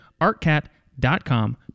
artcat.com